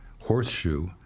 horseshoe